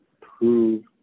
prove